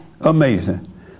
Amazing